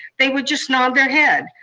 they would just nod their head.